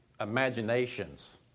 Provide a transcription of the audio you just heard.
imaginations